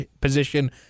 position